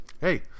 Hey